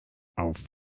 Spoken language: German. auf